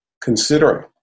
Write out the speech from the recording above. considering